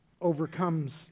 overcomes